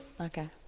Okay